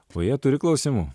o jie turi klausimų